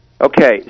Okay